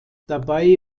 dabei